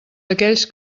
aquells